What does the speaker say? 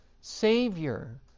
Savior